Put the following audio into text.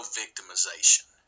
victimization